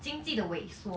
经济的猥琐